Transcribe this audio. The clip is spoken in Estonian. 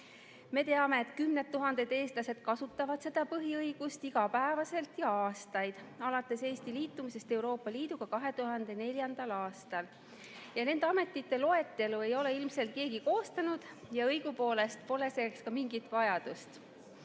Me teame, et kümned tuhanded eestlased kasutavad seda põhiõigust iga päev juba aastaid alates Eesti liitumisest Euroopa Liiduga 2004. aastal. Nende ametite loetelu ei ole ilmselt keegi koostanud ja õigupoolest pole selleks ka mingit vajadust.